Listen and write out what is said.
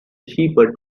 shepherd